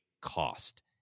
cost